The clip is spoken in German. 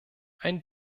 ein